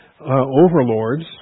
overlords